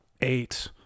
eight